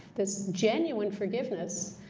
this genuine forgiveness,